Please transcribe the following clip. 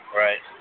right